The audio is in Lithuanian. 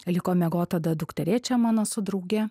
liko miegot tada dukterėčia mano su drauge